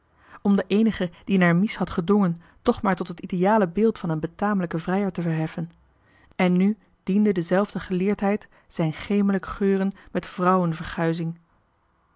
om den eenige die naar mies had gedongen toch maar tot het ideale beeld van een betamelijk vrijer te verheffen en nu diende die groote geleerdheid tot gemelijk geuren met